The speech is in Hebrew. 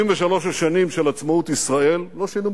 63 השנים של עצמאות ישראל לא שינו,